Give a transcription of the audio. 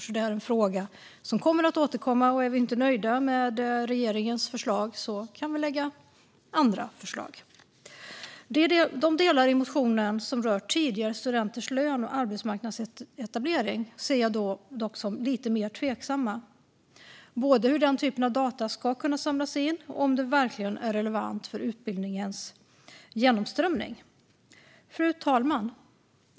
Det här är alltså en fråga som kommer att återkomma, och är vi inte nöjda med regeringens förslag kan vi lägga fram andra. De delar i motionen som rör tidigare studenters lön och arbetsmarknadsetablering ser jag dock som lite mer tveksamma. Det gäller både hur den typen av data ska kunna samlas in och om det verkligen är relevant för utbildningens genomströmning. Fru talman!